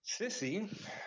Sissy